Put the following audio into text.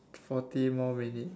forty more minutes